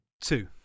Two